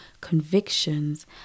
convictions